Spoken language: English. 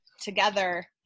together